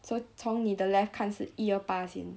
so 从你的 left 看是一二八先